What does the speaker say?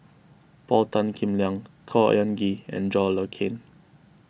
Paul Tan Kim Liang Khor Ean Ghee and John Le Cain